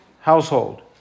household